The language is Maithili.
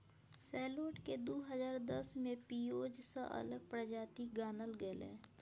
सैलोट केँ दु हजार दस मे पिओज सँ अलग प्रजाति गानल गेलै